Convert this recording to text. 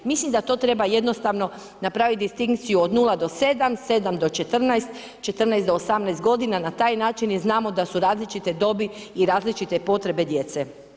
Mislim da to treba jednostavno napraviti distinkciju od 0-7, 7-14, 14-18 godina, na taj način jer znamo da su različite dobi i različite potrebe djece.